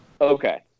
Okay